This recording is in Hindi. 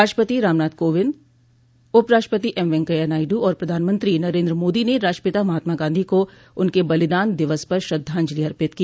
राष्ट्रपति रामनाथ कोविंद उपराष्ट्रपति एम वेंकया नायड् और प्रधानमंत्री नरेन्द्र मोदी ने राष्ट्रपिता महात्माा गांधी को उनके बलिदान दिवस पर श्रद्धांजलि अर्पित की